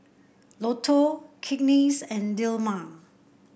Lotto Cakenis and Dilmah